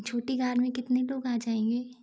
छोटी कार में कितने लोग आ जाएंगे